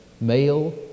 Male